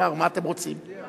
אמר: מה אתם רוצים?